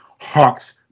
Hawks